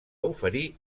oferir